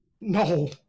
No